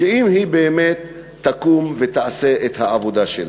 אולי היא באמת תקום ותעשה את העבודה שלה.